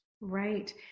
Right